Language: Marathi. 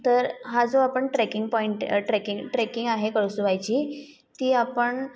तर हा जो आपण ट्रेकिंग पॉइंट ट्रेकिंग आहे कळसूबाईची ती आपण